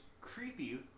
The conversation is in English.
Creepy